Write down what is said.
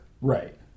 right